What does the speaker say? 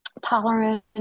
tolerance